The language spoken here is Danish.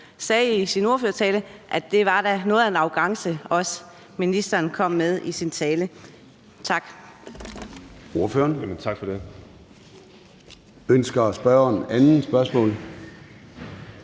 om i sin ordførertale, at det da var noget af en arrogance, som ministeren kom med i sin tale. Tak.